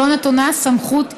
שלו נתונה סמכות ייחודית,